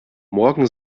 morgen